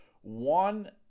One